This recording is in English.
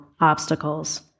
obstacles